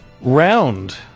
round